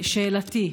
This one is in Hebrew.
שאלותיי: